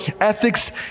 ethics